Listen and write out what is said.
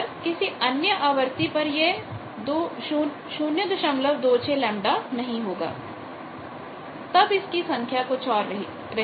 पर अन्य आवृत्ति पर यह 026λ नहीं होगा तब इसकी संख्या कुछ और होगी